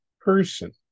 person